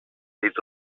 leaves